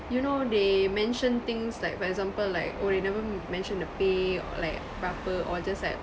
you know they mention things like for example like oh they never mentioned the pay like berapa or just like